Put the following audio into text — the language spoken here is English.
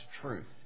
truth